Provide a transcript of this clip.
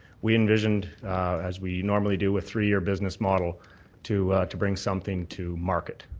we envisioned as we normally do with three-year business model to to bring something to market.